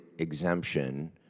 Exemption